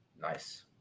Nice